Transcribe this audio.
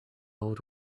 old